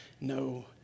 no